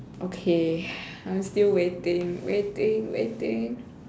okay I'm still waiting waiting waiting waiting